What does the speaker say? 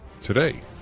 Today